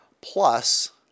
plus